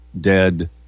dead